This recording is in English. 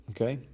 Okay